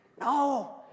No